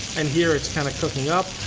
and here it's kinda cooking up.